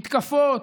מתקפות,